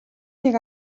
нэг